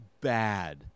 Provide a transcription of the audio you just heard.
Bad